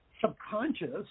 subconscious